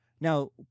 Now